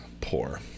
poor